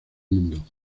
mundo